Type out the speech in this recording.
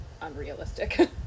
unrealistic